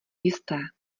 jisté